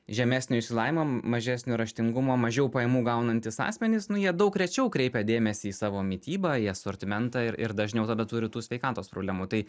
žemesnio išsilavinimo mažesnio raštingumo mažiau pajamų gaunantys asmenys nu jie daug rečiau kreipia dėmesį į savo mitybą į asortimentą ir ir dažniau tada turi tų sveikatos problemų tai